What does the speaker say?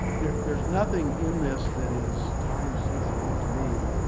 there's there's nothing in this that is time sensitive to me.